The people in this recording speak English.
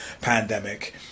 pandemic